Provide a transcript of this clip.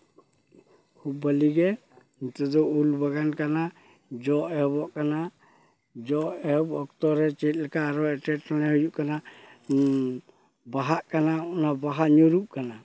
ᱠᱷᱩᱵ ᱵᱷᱟᱞᱮ ᱜᱮ ᱱᱤᱛᱳᱜ ᱫᱚ ᱩᱞ ᱵᱟᱜᱟᱱ ᱠᱟᱱᱟ ᱡᱚ ᱮᱦᱚᱵᱚᱜ ᱠᱟᱱᱟ ᱡᱚ ᱮᱦᱚᱵ ᱚᱠᱛᱚ ᱨᱮ ᱪᱮᱫᱞᱮᱠᱟ ᱟᱨᱚ ᱮᱴᱠᱮᱴᱚᱬᱮ ᱦᱩᱭᱩᱜ ᱠᱟᱱᱟ ᱵᱟᱦᱟᱜ ᱠᱟᱱᱟ ᱚᱱᱟ ᱵᱟᱦᱟ ᱧᱩᱨᱩᱜ ᱠᱟᱱᱟ